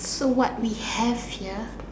so what we have here